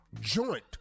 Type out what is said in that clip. joint